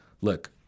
look